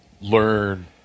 learn